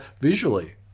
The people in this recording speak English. visually